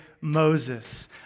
Moses